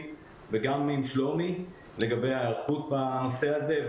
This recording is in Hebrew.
וגם עם שלומי לגבי ההיערכות בנושא הזה,